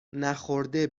نخورده